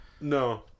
No